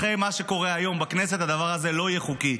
אחרי מה שקורה היום בכנסת הדבר הזה לא יהיה חוקי.